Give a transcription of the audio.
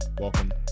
Welcome